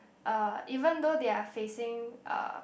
uh even though they are facing uh